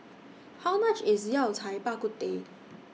How much IS Yao Cai Bak Kut Teh